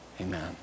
Amen